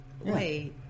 wait